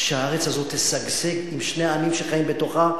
שהארץ הזו תשגשג עם שני העמים שחיים בתוכה,